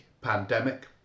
pandemic